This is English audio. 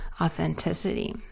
authenticity